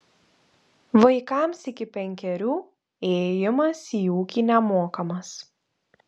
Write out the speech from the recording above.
vaikams iki penkerių įėjimas į ūkį nemokamas